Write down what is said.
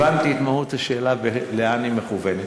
הבנתי את מהות השאלה ולאן היא מכוונת.